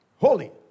Holy